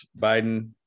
Biden